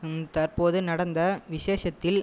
தற்போது நடந்த விஷேஷத்தில்